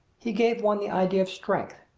he gave one the idea of strength,